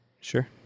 Sure